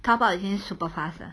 Taobao 以前 super fast 的